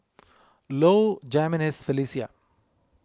Low Jimenez Felicia